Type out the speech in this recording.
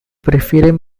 prefieren